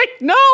no